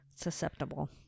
susceptible